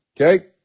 Okay